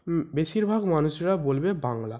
বেশিরভাগ মানুষরা বলবে বাংলা